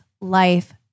life